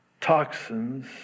toxins